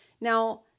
Now